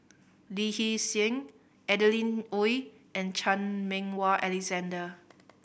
Lee Hee Seng Adeline Ooi and Chan Meng Wah Alexander